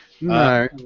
No